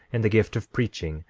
and the gift of preaching,